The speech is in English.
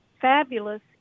fabulous